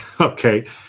okay